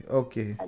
okay